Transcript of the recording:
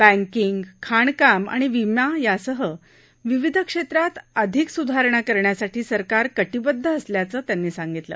banking खाणकाम आणि विमा यासह विविध क्षम्रात अधिक सुधारणा करण्यासाठी सरकार करिवेद्ध असल्याचं सीतारामन यांनी सांगितलं